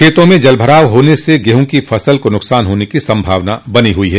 खेता में जलभराव होने से गेहूँ की फसल को नुकसान होने की संभावना बनी हुई है